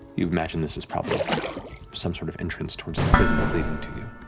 you imagine this is probably some sort of entrance towards the prisons leading to you.